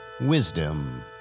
Wisdom